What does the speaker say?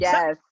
Yes